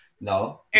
No